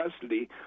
custody